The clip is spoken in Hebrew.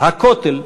"הכותל,